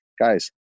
Guys